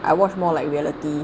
I watch more like reality